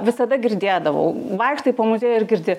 visada girdėdavau vaikštai po muziejų ir girdi